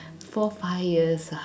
four five years ah